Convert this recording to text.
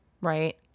right